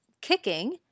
kicking